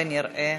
ונראה,